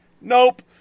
Nope